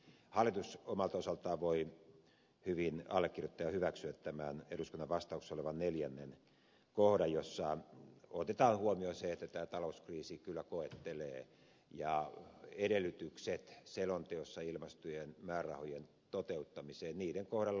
hallitus omalta osaltaan voi hyvin allekirjoittaa ja hyväksyä tämän eduskunnan vastauksessa olevan neljännen kohdan jossa otetaan huomioon se että tämä talouskriisi kyllä koettelee ja edellytykset selonteossa ilmaistujen määrärahojen toteuttamiseen niiden kohdalla ovat